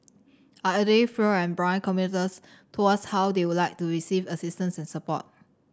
our elderly frail and blind commuters told us how they would like to receive assistance and support